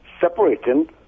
separating